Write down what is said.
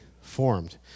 formed